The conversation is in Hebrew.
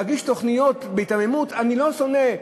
להגיש תוכניות בהיתממות: אני לא שונא,